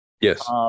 Yes